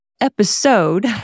episode